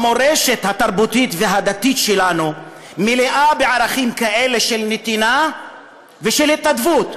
המורשת התרבותית והדתית שלנו מלאה בערכים כאלה של נתינה ושל התנדבות.